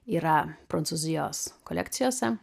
yra prancūzijos kolekcijose